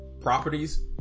properties